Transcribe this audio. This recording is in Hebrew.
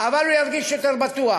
אבל הוא ירגיש יותר בטוח,